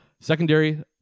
Secondary